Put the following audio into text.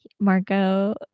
Marco